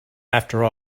after